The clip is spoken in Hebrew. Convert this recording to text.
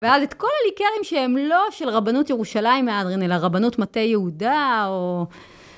ואז את כל הליקרים שהם לא של רבנות ירושלים מהדרין, אלא רבנות מטה יהודה או...